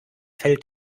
fällt